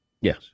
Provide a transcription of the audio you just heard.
Yes